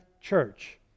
church